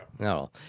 No